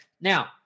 now